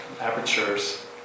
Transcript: apertures